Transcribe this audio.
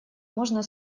можно